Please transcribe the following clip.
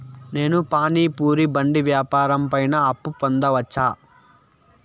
నేను పానీ పూరి బండి వ్యాపారం పైన అప్పు పొందవచ్చా?